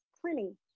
Plenty